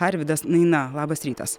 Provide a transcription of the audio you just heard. arvydas naina labas rytas